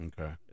Okay